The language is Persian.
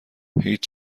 هیچ